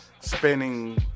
spinning